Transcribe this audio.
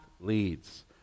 leads